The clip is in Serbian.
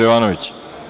Jovanović.